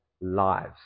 lives